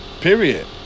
Period